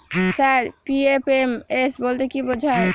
Sir PFMS বলতে কি বোঝায়?